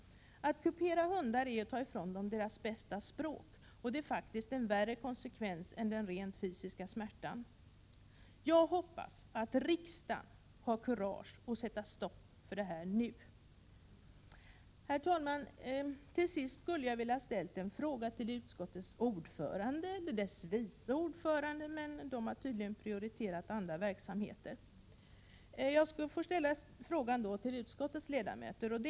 Att kupera hundar är således detsamma som att ta ifrån dem deras bästa språk, och det är faktiskt värre för hundarna än den rent fysiska smärtan. Jag hoppas att riksdagen nu har kurage att sätta stopp för denna verksamhet. Till sist hade jag velat ställa en fråga endera till utskottets ordförande eller också till dess vice ordförande. Men båda har tydligen prioriterat andra verksamheter. Jag riktar därför i stället min fråga till utskottets ledamöter.